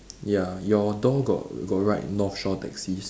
ya your door got got write north shore taxis